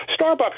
Starbucks